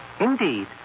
Indeed